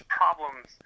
problems